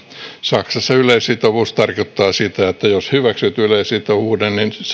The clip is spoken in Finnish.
saksassa yleissitovuus tarkoittaa sitä että jos hyväksyt yleissitovuuden niin